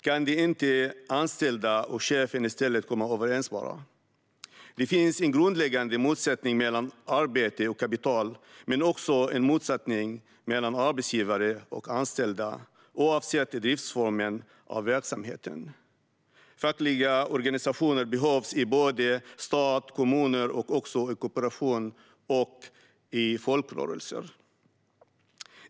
Kan inte de anställda och chefen i stället bara komma överens? Det finns en grundläggande motsättning mellan arbete och kapital men också en motsättning mellan arbetsgivare och anställda, oavsett driftsform av verksamheten. Fackliga organisationer behövs såväl i stat och kommuner som kooperation och folkrörelser.